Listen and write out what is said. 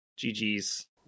GG's